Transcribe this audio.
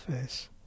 face